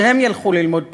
שהם ילכו ללמוד פחחות.